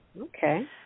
Okay